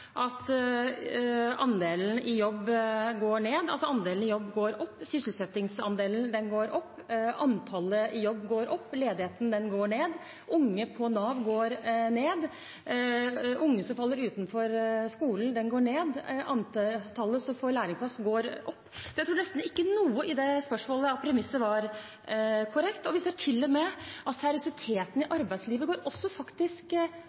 at andelen folk i jobb går ned. Andelen folk i jobb går opp, sysselsettingsandelen går opp. Antallet folk i jobb går opp, ledigheten går ned. Unge på Nav går ned, unge som faller utenfor skolen går ned, antallet som får læreplass går opp – jeg tror nesten ikke noe i det spørsmålet og premisset var korrekt. Vi ser til og med at seriøsiteten i arbeidslivet faktisk